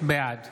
בעד